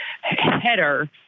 header